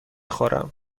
خورم